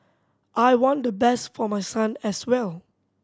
I want the best for my son as well